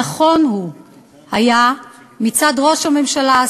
נכון היה מצד ראש הממשלה,